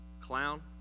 clown